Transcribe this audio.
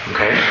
Okay